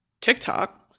TikTok